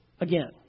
again